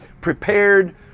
prepared